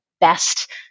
best